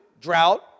drought